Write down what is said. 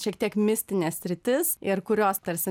šiek tiek mistinė sritis ir kurios tarsi